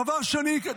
דבר שני,